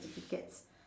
~tificates